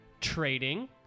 trading